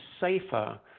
safer